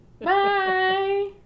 Bye